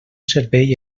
servei